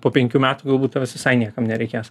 po penkių metų galbūt tavęs visai niekam nereikės